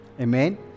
Amen